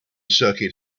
circuit